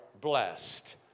blessed